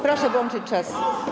Proszę włączyć czas.